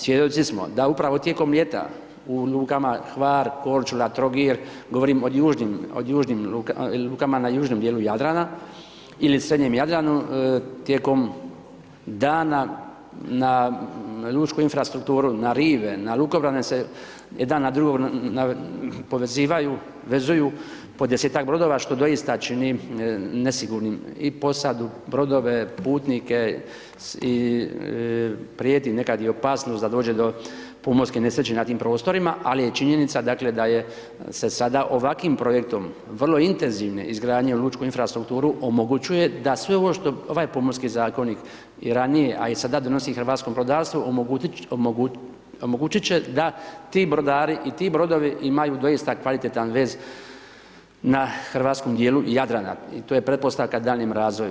Svjedoci smo, da upravo tijekom ljeta, u lukama Hvar, Korčula, Trogir, govorim o južnim, lukama na južnom dijelu Jadrana ili srednjem Jadranu, tijekom dana na lučku infrastrukturu, na rive, na lukobrane se jedan na drugog povezivaju, vezuju po 10 brodova što doista čini nesigurnim i posadu, brodove, putnike i prijeti nekad i opasnost da dođe do pomorske nesreće na tim prostorima, ali je činjenica dakle da je se sada ovakvim projektom vrlo intenzivne izgradnje u lučku infrastrukturu omogućuje da sve ovo što ovaj Pomorski zakonik i ranije a i sada donosi hrvatskom brodarstvu, omogućit će da ti brodari i ti brodovi imaju doista kvalitetan vez na hrvatskom dijelu Jadrana i to je pretpostavka daljnjem razvoju.